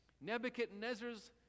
Nebuchadnezzar's